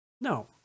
No